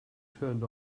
turned